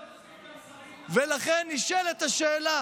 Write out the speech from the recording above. אדוני השר, שלא תוסיף גם שרים, ולכן נשאלת השאלה